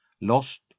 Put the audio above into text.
Lost